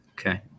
Okay